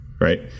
right